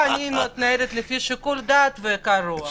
פה אני מתנהלת בשיקול דעת וקור רוח.